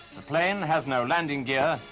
the plane has no landing gear.